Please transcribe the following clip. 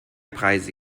preise